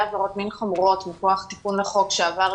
עבירות מין חמורות מכוח תיקון החוק שעבר